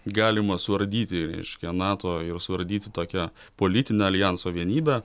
galima suardyti reiškia nato ir suardyti tokią politinę aljanso vienybę